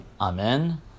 Amen